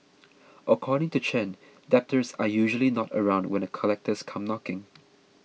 according to Chen debtors are usually not around when the collectors come knocking